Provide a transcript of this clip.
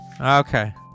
okay